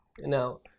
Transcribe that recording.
Now